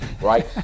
right